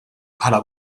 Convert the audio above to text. bħala